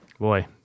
Boy